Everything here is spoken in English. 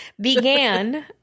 began